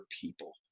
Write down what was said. people